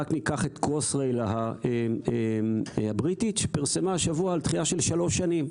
רק ניקח את "קרוסרייל" הבריטית שפרסמה השבוע דחייה של שלוש שנים.